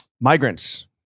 migrants